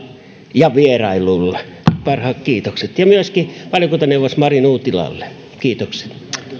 ja vierailuilla parhaat kiitokset myöskin valiokuntaneuvos mari nuutilalle kiitokset